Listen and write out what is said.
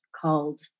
called